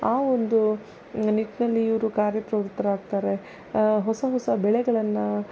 ಆ ಒಂದು ನಿಟ್ಟಿನಲ್ಲಿ ಇವರು ಕಾರ್ಯಪ್ರವೃತರಾಗ್ತಾರೆ ಹೊಸ ಹೊಸ ಬೆಳೆಗಳನ್ನು